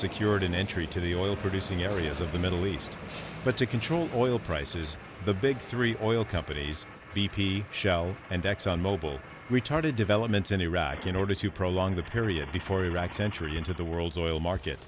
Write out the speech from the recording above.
secured an entry to the oil producing areas of the middle east but to control the oil prices the big three oil companies b p shell and exxon mobil retarded developments in iraq in order to prolong the period before iraq century into the world's oil market